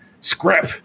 scrap